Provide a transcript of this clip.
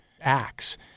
acts